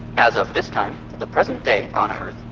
as of this time the present day on earth